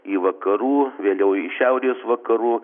į vakarų vėliau į šiaurės vakarų